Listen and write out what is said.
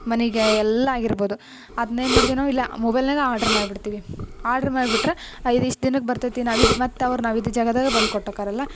ಮನೆಗೆ ಎಲ್ಲ ಆಗಿರ್ಬೋದು ಅದ್ನ ಏನು ಮಾಡ್ತಿವಿ ನಾವು ಇಲ್ಲ ಮೊಬೈಲ್ನ್ಯಾಗೆ ಆಡ್ರ್ ಮಾಡ್ಬಿಡ್ತೀವಿ ಆಡ್ರ್ ಮಾಡಿಬಿಟ್ರೆ ಇದು ಇಷ್ಟು ದಿನಕ್ಕೆ ಬರ್ತೈತೆ ನಾವು ಇದು ಮತ್ತೆ ಅವ್ರು ನಾವು ಇದ್ದ ಜಾಗದಾಗೆ ಬಂದು ಕೊಟ್ಟು ಹೋಕಾರಲ್ಲ